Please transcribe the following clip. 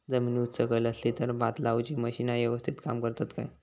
जमीन उच सकल असली तर भात लाऊची मशीना यवस्तीत काम करतत काय?